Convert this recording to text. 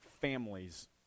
families